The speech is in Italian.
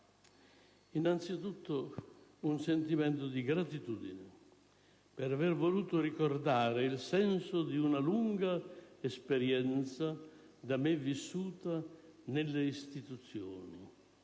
Innanzitutto un sentimento di gratitudine per aver voluto ricordare il senso di una lunga esperienza, da me vissuta nelle istituzioni,